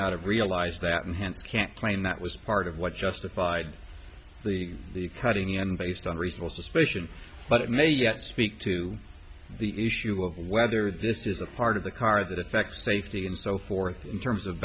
have realized that enhanced can't claim that was part of what justified the the cutting and based on reasonable suspicion but it may yet speak to the issue of whether this is a part of the car that affects safety and so forth in terms of